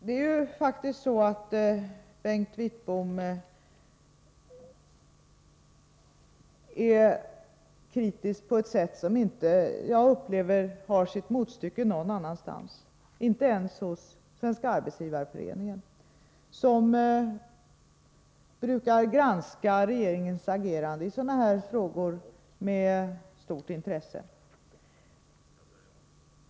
Bengt Wittbom är faktiskt kritisk på ett sätt som jag inte tror har ett motstycke någon annanstans, inte ens hos Svenska arbetsgivareföreningen, som brukar granska regeringens agerande i sådana här frågor med stort intresse.